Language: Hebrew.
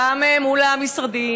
גם מול המשרדים,